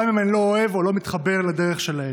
גם אם אני לא אוהב או לא מתחבר לדרך שלהן.